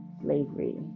slavery